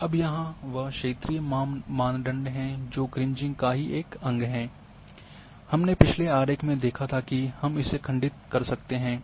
अब वहाँ क्षेत्रीय मानदंड हैं जो क्रीजिंग का ही एक अंग है हमने पिछले आरेख में देखा था कि हम इसे खंडित कर सकते है